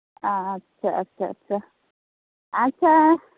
ᱟᱪᱪᱷᱟ ᱟᱪᱪᱷᱟ ᱟᱪᱪᱷᱟ ᱟᱪᱪᱷᱟ